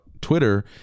Twitter